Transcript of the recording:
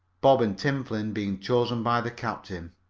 bob and tim flynn being chosen by the captain.